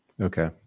Okay